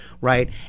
right